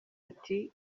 ati